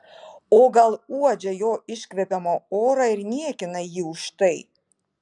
o gal uodžia jo iškvepiamą orą ir niekina jį už tai